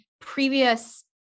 previous